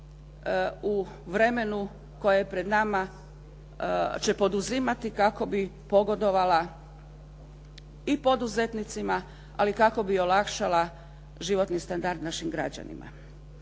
u vremenu koje je pred nama će poduzimati kako bi pogodovala i poduzetnicima, ali kako bi i olakšala životni standard našim građanima.